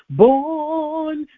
born